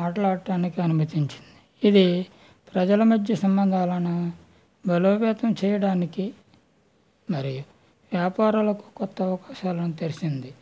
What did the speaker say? మాట్లాడటానికి అనుమతించింది ఇది ప్రజల మధ్య సంబంధాలను బలోపేతం చేయడానికి మరి వ్యాపారాలకు కొత్త అవకాశాలు తెరిసింది